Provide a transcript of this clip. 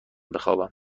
بخوابم